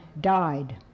died